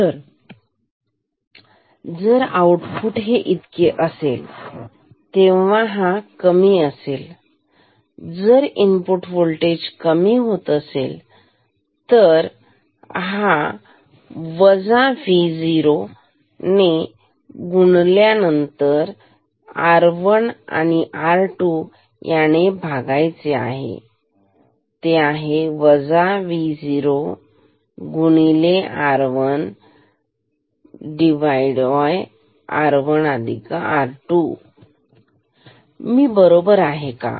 तर जर आउटपुट हे इतके असेल तेव्हा हा कमी असेल जर Vi कमी होत असेल तर लिहा वजा Vo गुणिले R1 भागिले R1 अधिक R2 V0 R1R1R2 मी बरोबर आहे का